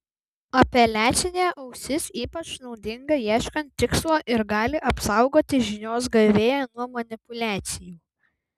apeliacinė ausis ypač naudinga ieškant tikslo ir gali apsaugoti žinios gavėją nuo manipuliacijų